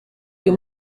uyu